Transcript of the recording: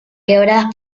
quebradas